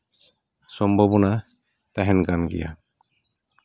ᱥᱚᱢᱵᱷᱚᱵᱚᱱᱟ ᱛᱟᱦᱮᱱ ᱠᱟᱱ ᱜᱮᱭᱟ